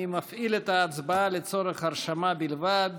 אני מפעיל את ההצבעה לצורך הרשמה בלבד.